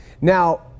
now